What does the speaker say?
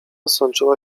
sączyła